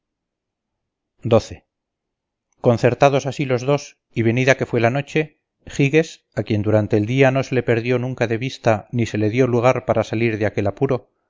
dormido concertados así los dos y venida que fue la noche giges a quien durante el día no se le perdió nunca de vista ni se le dio lugar para salir de aquel apuro